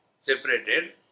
separated